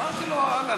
אמרתי לו: אהלן.